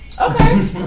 Okay